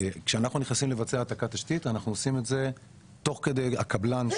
כשאנחנו נכנסים לבצע העתקת תשתית אנחנו עושים את זה תוך כדי הקבלן,